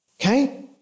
Okay